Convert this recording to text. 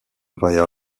via